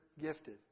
gifted